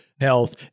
health